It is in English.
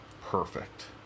perfect